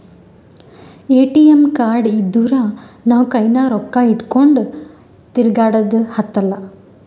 ATM card ಇದ್ದೂರ್ ನಾವು ಕೈನಾಗ್ ರೊಕ್ಕಾ ಇಟ್ಗೊಂಡ್ ತಿರ್ಗ್ಯಾಡದ್ ಹತ್ತಲಾ